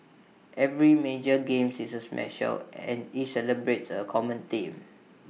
every major games is A special and each celebrates A common theme